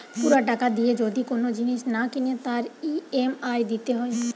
পুরা টাকা দিয়ে যদি কোন জিনিস না কিনে তার ই.এম.আই দিতে হয়